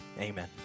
amen